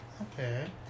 Okay